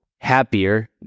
Happier